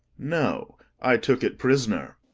no i took it prisoner.